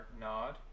nod